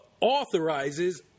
authorizes